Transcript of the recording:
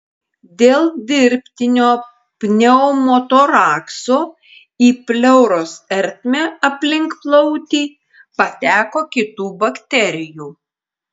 dėl dirbtinio pneumotorakso į pleuros ertmę aplink plautį pateko kitų bakterijų